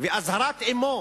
אזהרת אמו